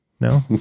No